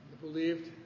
believed